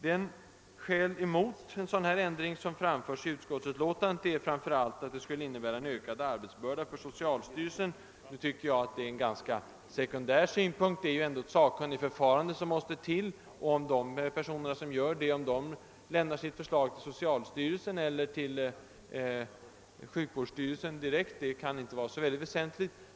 Det skäl mot en ändring av Kungl. Maj:ts förslag som framförs i utskotts utlåtandet är framför allt att det skulle innebära en ökad arbetsbörda för socialstyrelsen. Det tycker jag är en sekundär synpunkt — det är ändå ett sakkunnigförfarande som måste till, och om de personer som utför detta lämnar sitt förslag till socialstyrelsen eller direkt till sjukvårdsstyrelsen kan inte vara så väsentligt.